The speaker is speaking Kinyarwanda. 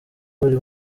buri